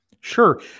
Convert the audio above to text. Sure